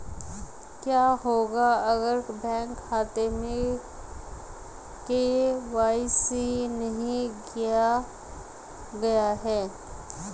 क्या होगा अगर बैंक खाते में के.वाई.सी नहीं किया गया है?